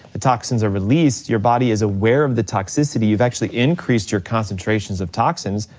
the toxins are released, your body is aware of the toxicity, you've actually increased your concentrations of toxins,